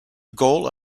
goal